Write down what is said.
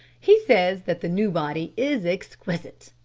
he says that the new body is exquisite.